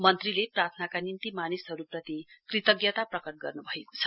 मन्त्रीले प्रार्थनाका निम्ति मानिसहरुप्रति कृतज्ञता प्रकट गर्नुभएको छ